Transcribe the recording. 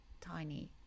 tiny